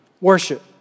worship